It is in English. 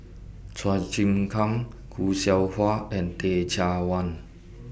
Chua Chim Kang Khoo Seow Hwa and Teh Cheang Wan